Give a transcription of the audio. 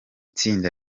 tsinda